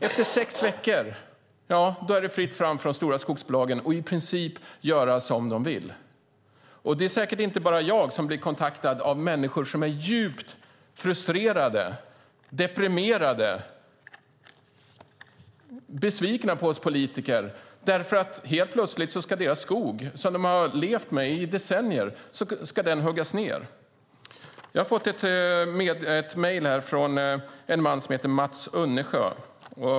Efter sex veckor är det fritt fram för de stora skogsbolagen att i princip göra som de vill. Det är säkert inte bara jag som blir kontaktad av människor som är frustrerade och deprimerade och besvikna på oss politiker för att deras skog som de har levt med i decennier helt plötsligt ska huggas ned. Jag har fått ett mejl från en man som heter Mats Önnesjö.